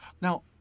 Now